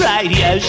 Radio